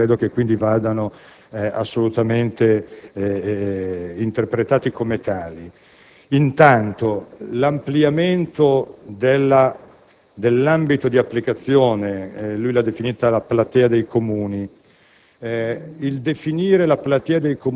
i suoi appunti sono molto puntuali e credo quindi vadano assolutamente interpretati come tali. Intanto l'ampliamento dell'ambito di applicazione, da lui definita la platea dei Comuni.